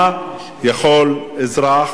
מה יכול אזרח,